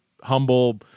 humble